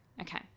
Okay